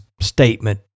statement